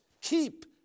Keep